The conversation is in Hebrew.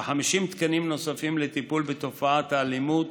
ו-50 תקנים נוספים לטיפול בתופעת האלימות